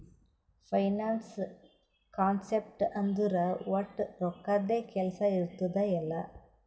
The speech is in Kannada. ಫೈನಾನ್ಸ್ ಕಾನ್ಸೆಪ್ಟ್ ಅಂದುರ್ ವಟ್ ರೊಕ್ಕದ್ದೇ ಕೆಲ್ಸಾ ಇರ್ತುದ್ ಎಲ್ಲಾ